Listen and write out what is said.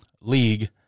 League